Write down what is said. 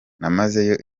namazeyo